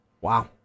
Wow